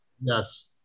Yes